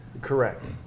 Correct